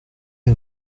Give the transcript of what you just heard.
est